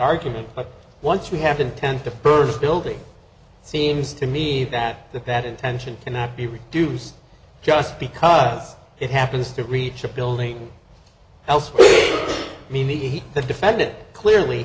argument but once we have to attend the first building it seems to me that the bad intention cannot be reduced just because it happens to reach a building elsewhere maybe the defendant clearly